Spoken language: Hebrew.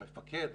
המפקד,